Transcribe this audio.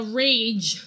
rage